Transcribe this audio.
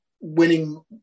winning